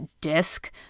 disc